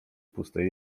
pustej